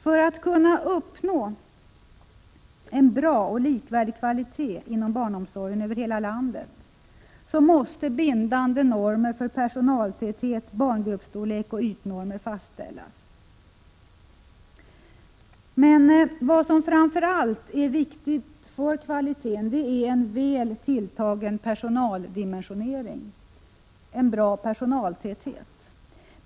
För att man skall kunna uppnå en bra och likvärdig kvalitet inom barnomsorgen över hela landet måste bindande normer för personaltäthet, barngruppsstorlek och yta fastställas. Vad som framför allt är viktigt för kvaliteten är en väl tilltagen personaldimensionering, en god personaltäthet.